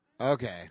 Okay